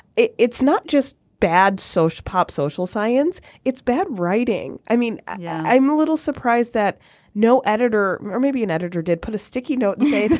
it's it's not just bad social pop social science it's bad writing. i mean yeah i'm a little surprised that no editor or maybe an editor did put a sticky note and say.